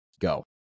go